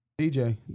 DJ